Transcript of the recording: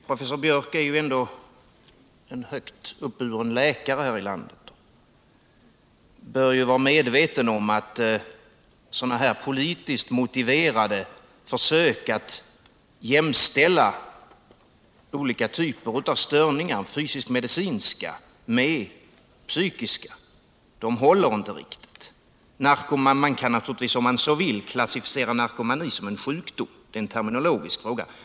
Professor Biörck är ju ändå en högt uppburen läkare här i landet och bör vara medveten om att sådana här politiskt motiverade försök att jämställa olika typer av fysiskt-medicinska störningar med psykiska håller inte riktigt. Man kan naturligtvis, om man så vill, klassificera narkomani som en sjukdom — det är en terminologisk fråga.